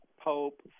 Pope